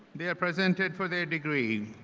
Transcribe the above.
they are presented for their degree.